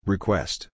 Request